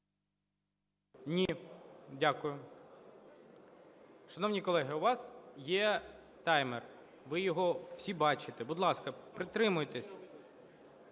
Дякую. Шановні колеги, у вас є таймер, ви його всі бачите. Будь ласка, притримуйтеся.